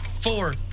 four